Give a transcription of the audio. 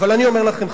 אבל אני אומר לכם,